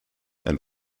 and